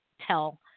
tell